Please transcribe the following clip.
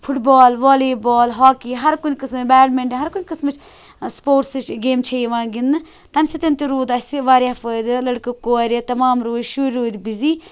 foot بال volleyball hockey ہَر کُنہِ قٕسمٕکۍ بیڈمِنٛٹَن ہر کُنہِ قٕسمٕچ سٕپوٹسٕچ گیم چھِ یِوان گِنٛدنہٕ تَمہِ سۭتۍ تہِ روٗد اسہِ واریاہ فٲیِدٕ لٔڑکہٕ کورِِ تَمام روٗدۍ شُرۍ روٗدۍ بِزی